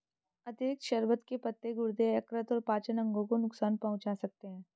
अतिरिक्त शर्बत के पत्ते गुर्दे, यकृत और पाचन अंगों को नुकसान पहुंचा सकते हैं